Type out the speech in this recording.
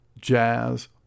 jazz